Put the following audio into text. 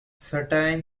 certain